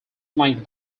flanked